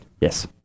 Yes